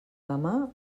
demà